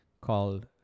called